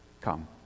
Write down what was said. come